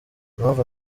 impamvu